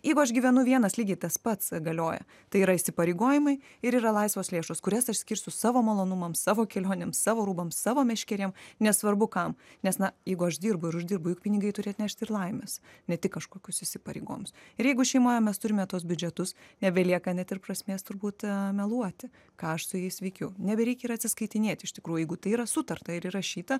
jeigu aš gyvenu vienas lygiai tas pats galioja tai yra įsipareigojimai ir yra laisvos lėšos kurias aš skirsiu savo malonumams savo kelionėms savo rūbams savo meškerėm nesvarbu kam nes na jeigu aš dirbu ir uždirbu juk pinigai turi atnešti ir laimės ne tik kažkokius įsipareigojimus ir jeigu šeimoje mes turime tuos biudžetus nebelieka net ir prasmės turbūt meluoti ką aš su jais veikiau nebereikia ir atsiskaitinėti iš tikrųjų jeigu tai yra sutarta ir įrašyta